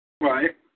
Right